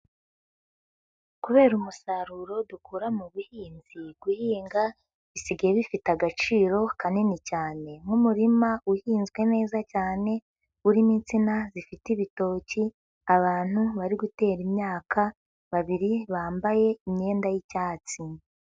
Kubera umusaruro dukura mu buhinzi guhinga bisigaye bifite agaciro kanini cyane, nk'umurima uhinzwe neza cyane urimo insina zifite ibitoki, abantu bari gutera imyaka babiri bambaye imyenda y'icyatsi.